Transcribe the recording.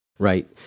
Right